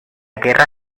guerra